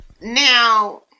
now